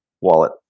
wallet